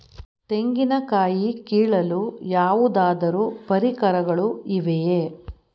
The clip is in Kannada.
ತೆಂಗಿನ ಕಾಯಿ ಕೀಳಲು ಯಾವುದಾದರು ಪರಿಕರಗಳು ಇವೆಯೇ?